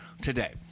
today